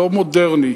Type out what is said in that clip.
לא מודרני,